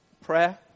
prayer